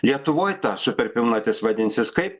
lietuvoj ta superpilnatis vadinsis kaip